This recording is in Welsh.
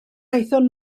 aethon